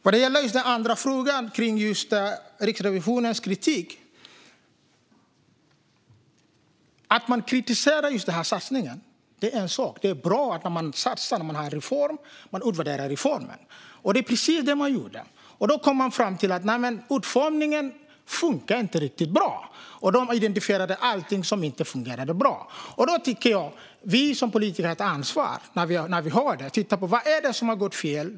Vad gäller frågan om Riksrevisionens kritik är det en sak att man kritiserar den här satsningen. Om man satsar på en reform är det bra att man utvärderar reformen, och det är precis det som har gjorts. Då kom man fram till att utformningen inte funkar riktigt bra, och man identifierade allting som inte fungerade bra. Jag tycker att vi som politiker då har ett ansvar att titta på vad det är som har gått fel.